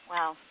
Wow